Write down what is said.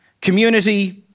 community